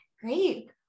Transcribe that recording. Great